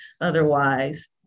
otherwise